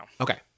Okay